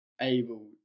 able